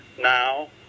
now